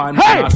hey